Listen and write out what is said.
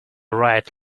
right